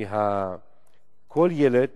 כי כל ילד